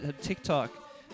TikTok